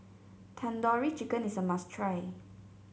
Tandoori Chicken is a must try